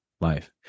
life